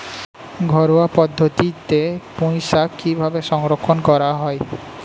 ঘরোয়া পদ্ধতিতে পুই শাক কিভাবে সংরক্ষণ করা হয়?